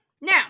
Now